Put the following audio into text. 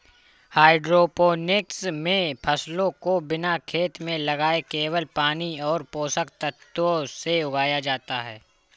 hydroponics मे फसलों को बिना खेत में लगाए केवल पानी और पोषक तत्वों से उगाया जाता है